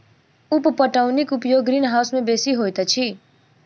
उप पटौनीक उपयोग ग्रीनहाउस मे बेसी होइत अछि